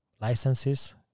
licenses